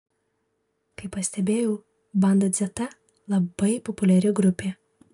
kaip pastebėjau banda dzeta labai populiari grupė